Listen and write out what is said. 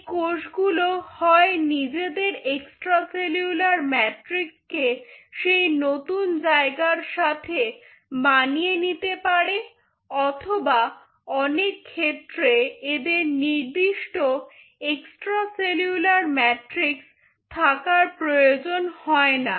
এই কোষগুলো হয় নিজেদের এক্সট্রা সেলুলার ম্যাট্রিক্সকে সেই নতুন জায়গার সাথে মানিয়ে নিতে পারে অথবা অনেক ক্ষেত্রে এদের নির্দিষ্ট এক্সট্রা সেলুলার ম্যাট্রিক্স থাকার প্রয়োজন হয়না